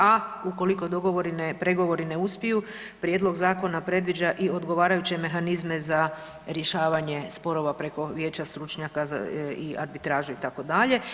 A ukoliko pregovori ne uspiju prijedlog zakona predviđa i odgovarajuće mehanizme za rješavanje sporova preko Vijeća stručnjaka i arbitražu itd.